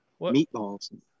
meatballs